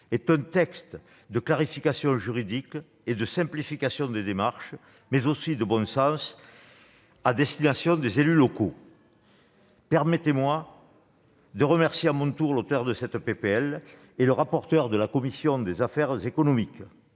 est un texte de clarification juridique et de simplification des démarches, mais aussi de bon sens à destination des élus locaux. Permettez-moi de remercier à mon tour l'auteur de cette proposition de loi et le rapporteur de la commission des affaires économiques.